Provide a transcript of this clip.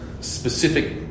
specific